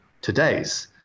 today's